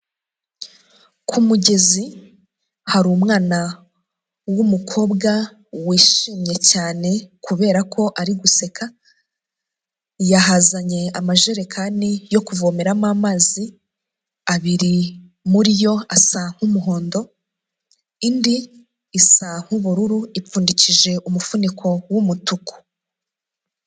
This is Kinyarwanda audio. Ku mugezi hari umwana w'umukobwa wishimye cyane kubera ko ari guseka, yahazanye amajerekani yo kuvomeramo amazi, abiri muri yo asa nk'umuhondo, indi isa nk'ubururu, ipfundikije umufuniko w'umutuku.